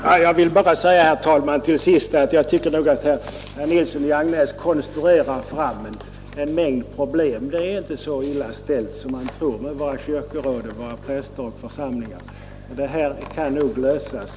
Herr talman! Jag vill till sist bara säga att jag tycker herr Nilsson i Agnäs konstruerar fram en mängd problem. Det är inte så illa ställt som han tror med våra kyrkoråd, våra präster och våra församlingar.